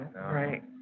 right